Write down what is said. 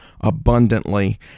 abundantly